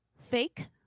Fake